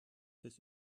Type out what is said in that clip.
fürs